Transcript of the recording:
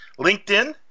LinkedIn